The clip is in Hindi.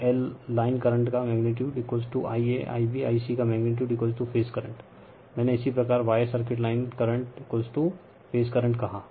और L लाइन करंट का मैग्नीटीयूड IaIbIc का मैग्नीटीयूड फेज करंट I मैंने इसी प्रकार Y circuit line current phase current कहा